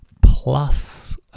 plus